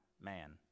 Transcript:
man